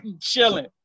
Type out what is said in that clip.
chilling